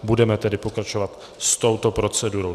Budeme tedy pokračovat s touto procedurou.